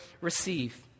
receive